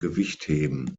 gewichtheben